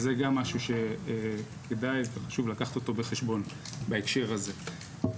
וזה גם משהו שכדאי וחשוב לקחת אותו בחשבון בהקשר הזה.